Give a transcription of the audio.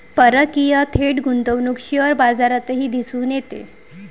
परकीय थेट गुंतवणूक शेअर बाजारातही दिसून येते